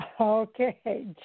Okay